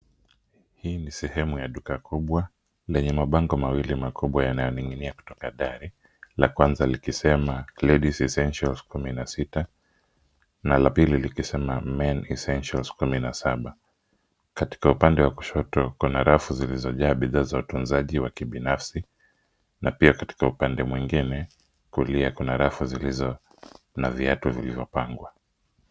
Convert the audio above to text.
Hii ni sehemu ya duka kubwa lenye mabango mawili makubwa yanayoning'inia kutoka kwa dari. La kwanza likisema ladies essentials kumi na sita na la pili likisema men essentials kumi na saba. Katika upande wa kushoto, kuna rafu zilizojaa bidhaa za utunzaji wa kibinafsi. Na pia katika upande mwingine, kulia, kuna rafu zilizo na viatu vilivyopangwa.